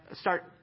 start